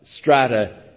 strata